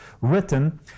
written